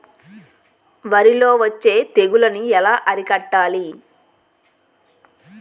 వరిలో వచ్చే తెగులని ఏలా అరికట్టాలి?